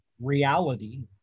reality